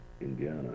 Indiana